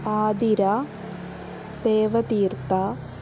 अधीर देवतीर्था